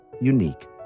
unique